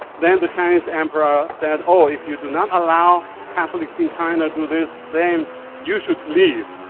then the chinese emperor said, oh if you do not allow catholics in china do this, then you should leave,